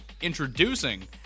Introducing